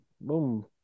Boom